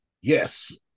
yes